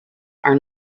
are